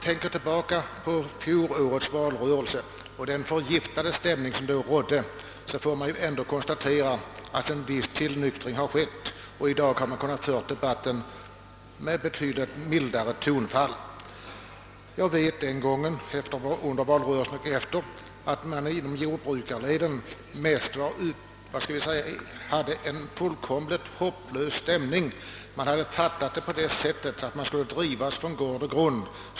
Tänker man tillbaka på fjolårets valrörelse och den förgiftade stämning som då rådde kan man konstatera att det skett en viss tillnyktring och att i dag debatten har kunnat föras med betydligt mildare tonfall. Jag vet att det under och efter valrörelsen inom jordbrukarleden rådde en fullkomligt hopplös stämning. Man hade där fattat diskussionen så, att man skulle drivas från gård och grund.